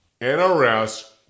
NRS